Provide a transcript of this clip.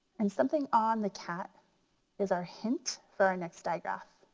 and something on the cat is our hint for our next diagraph.